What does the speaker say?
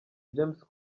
james